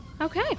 okay